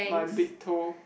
my big toe